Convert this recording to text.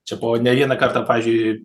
čia buvo ne vieną kartą pavyzdžiui